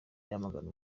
yamagana